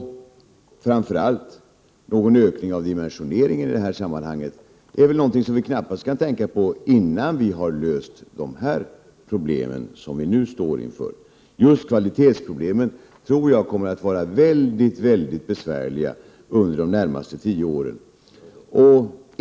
Framför allt: en ökning av dimensioneringen i detta sammanhang är väl knappast något vi kan tänka på innan vi har löst de problem vi nu står inför. Just kvalitetsproblemen tror jag kommer att vara väldigt besvärliga under de närmaste tio åren.